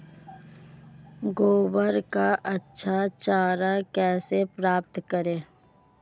ग्वार का अच्छा चारा कैसे प्राप्त करें?